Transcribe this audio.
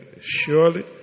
Surely